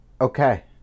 okay